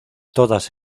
todas